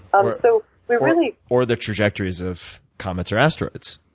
um so we really or the trajectories of comets or asteroids.